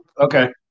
Okay